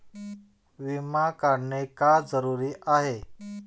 विमा काढणे का जरुरी आहे?